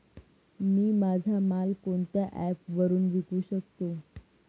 मी माझा माल कोणत्या ॲप वरुन विकू शकतो?